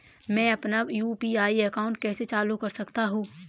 मैं अपना UPI account कैसे चालू कर सकता हूँ?